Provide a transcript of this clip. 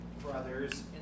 brothers